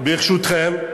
ברשותכם,